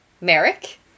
Merrick